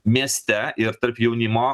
mieste ir tarp jaunimo